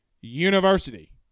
University